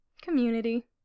Community